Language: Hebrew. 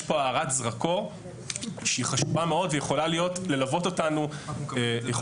יש